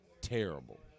terrible